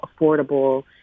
affordable